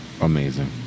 Amazing